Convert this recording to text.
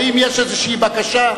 האם יש איזושהי בקשה?